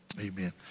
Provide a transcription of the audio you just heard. amen